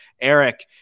Eric